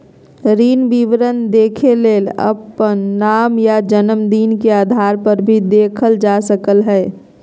ऋण विवरण देखेले अपन नाम या जनम दिन के आधारपर भी देखल जा सकलय हें